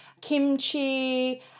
kimchi